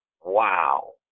Wow